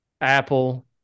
Apple